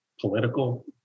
political